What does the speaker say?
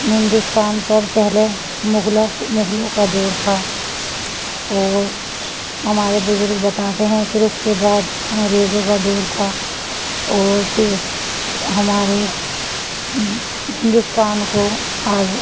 ہندوستان پر پہلے مغلوں مغلوں کا دور تھا اور ہمارے بزرگ بتاتے ہیں پھر اس کے بعد انگریزوں کا دور تھا اور پھر ہمارے ہندوستان کو آ